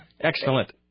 excellent